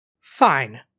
Fine